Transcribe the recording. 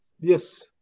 yes